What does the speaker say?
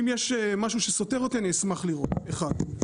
אם יש משהו שסותר אותי אני אשמח לראות, אחד.